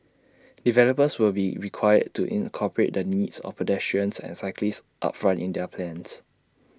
developers will be required to incorporate the needs of pedestrians and cyclists upfront in their plans